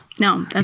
No